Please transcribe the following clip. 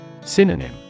Synonym